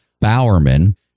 Bowerman